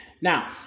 Now